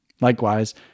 Likewise